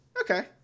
Okay